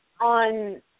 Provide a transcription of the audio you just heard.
on